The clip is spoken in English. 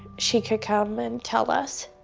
she could come and tell us.